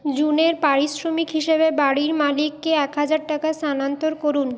জুনের পারিশ্রমিক হিসেবে বাাড়ির মালিককে এক হাজার টাকা স্থানান্তর করুন